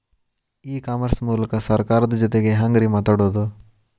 E commerce ಮೂಲಕ ಸರ್ಕಾರದ ಜೊತಿಗೆ ಹ್ಯಾಂಗ್ ರೇ ಮಾತಾಡೋದು?